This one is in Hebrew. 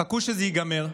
חכו שזה ייגמר,